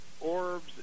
Orbs